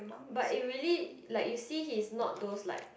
but if really like you see he's not those like